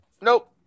Nope